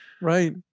Right